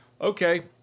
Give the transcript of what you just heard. Okay